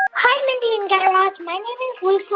hi, mindy and guy raz. my name is lucille.